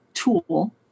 tool